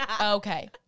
okay